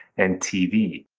and tv.